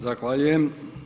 Zahvaljujem.